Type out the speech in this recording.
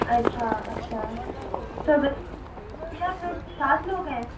اچھا اچھا تو آپ لوگ سات لوگ ہیں